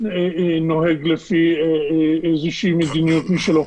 נוהג לפי איזה מדיניות משלו,